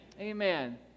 Amen